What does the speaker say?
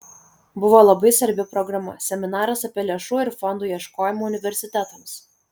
buvo labai svarbi programa seminaras apie lėšų ir fondų ieškojimą universitetams